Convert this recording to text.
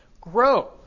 grow